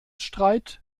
streit